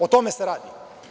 O tome se radi.